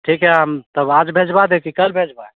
ठीक है हम तब आज भेजवा दे कि कल भेजवाएँ